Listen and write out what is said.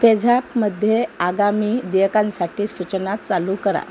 पे झॅपमध्ये आगामी देयकांसाठी सूचना चालू करा